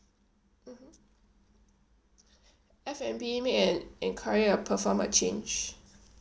mmhmm F&B make an enquiry or perform a change